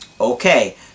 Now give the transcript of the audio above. Okay